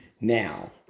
now